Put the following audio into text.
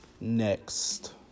next